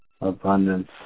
abundance